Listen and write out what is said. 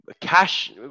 Cash